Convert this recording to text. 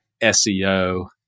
SEO